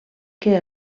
que